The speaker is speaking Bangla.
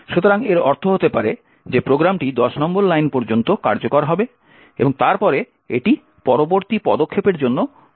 সুতরাং এর অর্থ হতে পারে যে প্রোগ্রামটি 10 নম্বর লাইন পর্যন্ত কার্যকর হবে এবং তারপরে এটি পরবর্তী পদক্ষেপের জন্য অপেক্ষা করবে